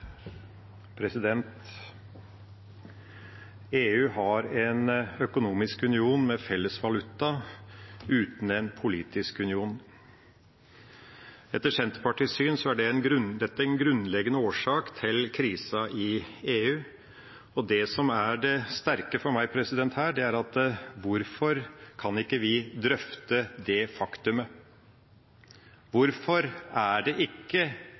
EU er en økonomisk union med felles valuta, ikke en politisk union. Etter Senterpartiets syn er dette en grunnleggende årsak til krisa i EU, og det som er det sterke for meg her, er: Hvorfor kan vi ikke drøfte det faktumet? Hvorfor er det ikke